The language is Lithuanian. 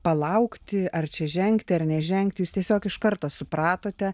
palaukti ar čia žengti ar nežengti jūs tiesiog iš karto supratote